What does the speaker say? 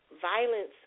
Violence